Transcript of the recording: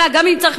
אלא גם אם צריך,